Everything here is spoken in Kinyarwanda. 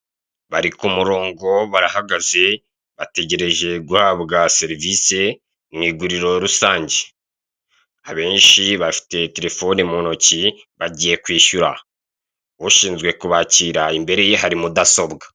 Bari kumurongo barahagaze bategereje guhabwa serivise mu iguriro rusange, abenshi bafite terefone muntoki bagiye kwishyura, ushinzwe kubakira imbere ye hari mudasobwa.